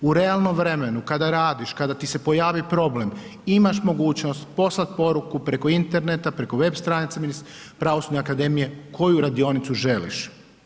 U realnom vremenu, kada radiš, kada ti se pojavi problem, imaš mogućnost poslati poruku, preko interneta, preko web stranice Pravosudne akademije koju radionicu želiš.